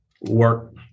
work